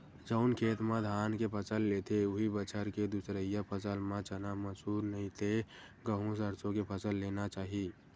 जउन खेत म धान के फसल लेथे, उहीं बछर के दूसरइया फसल म चना, मसूर, नहि ते गहूँ, सरसो के फसल लेना चाही